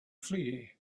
flee